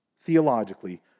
Theologically